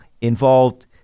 involved